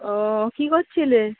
ও কী করছিলে